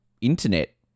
internet